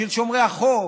של שומרי החוק,